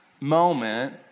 moment